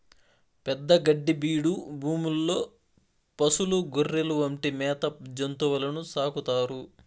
పెద్ద గడ్డి బీడు భూముల్లో పసులు, గొర్రెలు వంటి మేత జంతువులను సాకుతారు